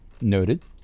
Noted